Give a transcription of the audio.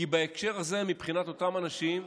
כי בהקשר הזה, מבחינת אותם אנשים,